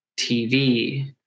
TV